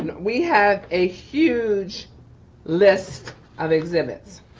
and we have a huge list of exhibits.